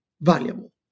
valuable